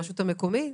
הרשות המקומית?